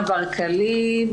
להציג